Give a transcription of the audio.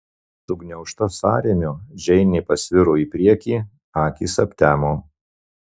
sugniaužta sąrėmio džeinė pasviro į priekį akys aptemo